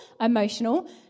emotional